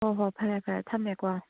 ꯍꯣꯏ ꯍꯣꯏ ꯐꯔꯦ ꯐꯔꯦ ꯊꯝꯃꯦꯀꯣ